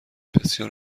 بسیار